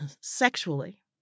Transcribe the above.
sexually